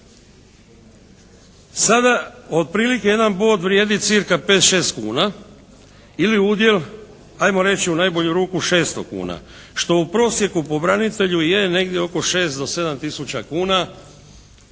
Sada otprilike jedan bod vrijedi cirka 5, 6 kuna ili udjel ajmo reći u najbolju ruku 600 kuna što u prosjeku po branitelju je negdje oko 6 do 7 tisuća kuna